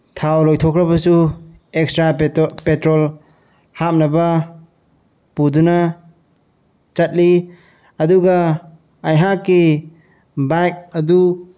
ꯊꯥꯎ ꯂꯣꯏꯊꯣꯛꯈ꯭ꯔꯕꯁꯨ extra petrol ꯍꯥꯞꯅꯕ ꯄꯨꯗꯨꯅ ꯆꯠꯂꯤ ꯑꯗꯨꯒ ꯑꯩꯍꯥꯛꯀꯤ ꯕꯥꯏꯛ ꯑꯗꯨ